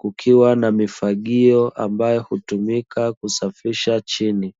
kukiwa na mifagio ambayo hutumika kusafisha chini.